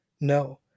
No